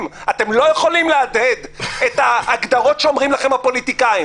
עדיין אנחנו לא יודעים לצפות את הכול וקצב השינויים מאוד